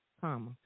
comma